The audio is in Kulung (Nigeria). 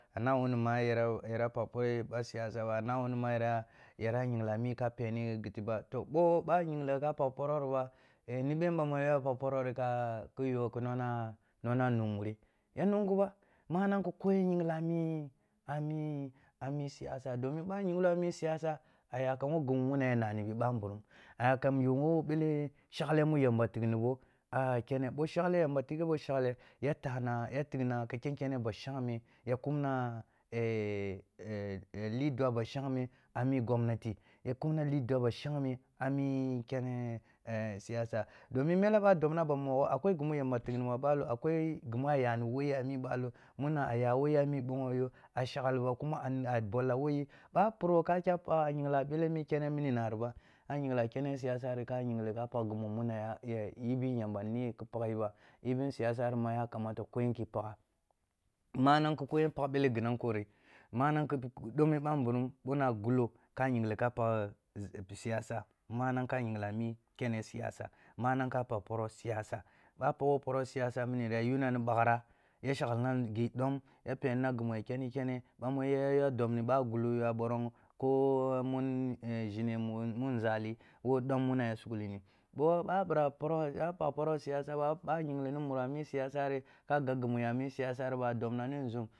Ana wuni ma yara, yara pagh poreh ɓa siyasa, a na wuri yara, yara yingla ami a peni ghitiba toh, ɓoh ɓa yingla pagh poroh ri ba, ni ben ɓamu ya pagh porohri khi yo nona nuh mureh ya nunga ba, manang ki koyen yingla ami ami siyasa domin ɓoh a yinglo a mi siyasa, a yako wo ghi muna ya nabi bamburum a yakam yo wo bele shakle mu yamba tighni bo, a kene bo shakle yamba tighe ba shakle, ya tahna, ya tighna, khi kenkene ba shangme, ya kumna eh lidua ba shangme ami gomnati, ya kumna lidua ba shangme a mi kene eh siyasa, domin mele ɓo a doba aban mogho akwai ghi mu yamba tigh bo a balo, akwai ghi mu aya ni wo yi a mi ɓalo, muna aya wo yi a mi duah yo, a shakliba kuma a bolla wo yi, ba puroh ka kyah pagha a yinghle a mi kene mini nari ba ka yingla a kene siyasa ri ka yingle ka pagh ghi muna yamba neh ki paghbi ba, ewen siyasa ri ma ya kamata koyen ki pagha, manang ki ko yen pagh ghi nankori, manang ki doah ɓamburum boh na agloh ka yingle ka pagh siyasa, manang ka yingla a mi kene siyasa, manang ka pagh poroh siyasa, ba a pogho siyasa miniri ya yuni baghrah, ya shaklim eh ghi dom ya shaklina ghi ɓim, ya penina ghi mu ya keni kene, ɓa mu ya dobni ɓa gulo guah ɓoron, ko mun eh ȝhine mun nȝali wo ɗom mu ya sughlini, ɓoh ɓa bira poroh, ɓoh pagh poroh siyasa ba ɓa yingli ni muro a mi siyasan ka gab ghi mu ya mi siyasa ri ba, a dobna ni nȝum.